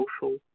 Social